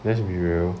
let's be real